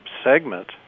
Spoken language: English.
Segment